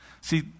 See